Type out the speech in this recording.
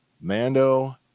Mando